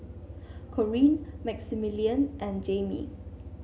Corean Maximilian and Jaimee